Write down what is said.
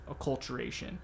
acculturation